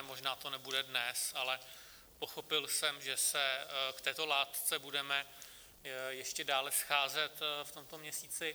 Možná to nebude dnes, ale pochopil jsem, že se k této látce budeme ještě dále scházet v tomto měsíci.